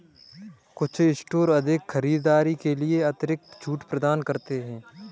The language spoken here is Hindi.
कुछ स्टोर अधिक खरीदारी के लिए अतिरिक्त छूट प्रदान करते हैं